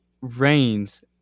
rains